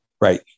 right